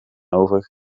over